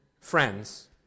friends